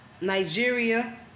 Nigeria